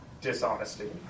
dishonesty